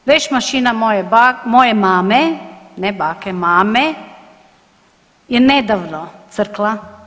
Veš mašina moje mame, ne bake, mame je nedavno crkla.